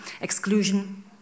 exclusion